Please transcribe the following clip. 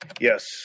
Yes